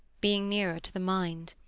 being nearer to the mind